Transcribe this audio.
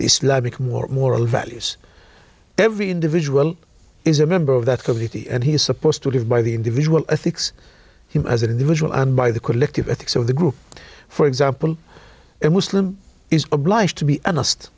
islamic more moral values every individual is a member of that community and he is supposed to live by the individual ethics him as an individual and by the collective ethics of the group for example a muslim is obliged to be honest